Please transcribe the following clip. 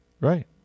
right